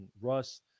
Russ